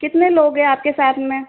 कितने लोग हैं आपके साथ में